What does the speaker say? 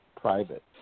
private